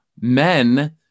men